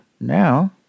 now